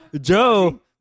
Joe